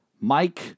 Mike